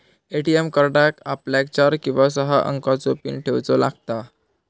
ATM कार्डाक आपल्याक चार किंवा सहा अंकाचो पीन ठेऊचो लागता